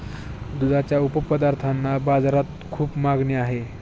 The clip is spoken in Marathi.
दुधाच्या उपपदार्थांना बाजारात खूप मागणी आहे